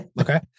okay